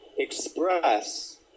Express